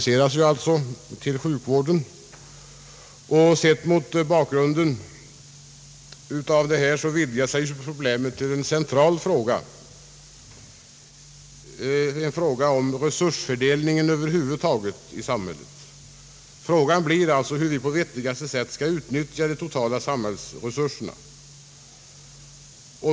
Sett mot bakgrunden härav vidgar sig problemet till en central fråga om resursfördelningen över huvud taget i samhället. Frågan blir alltså, hur vi på vettigaste sätt skall utnyttja de totala samhällsresurserna.